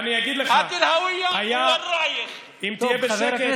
האת אל-הווייה, אם תהיה בשקט,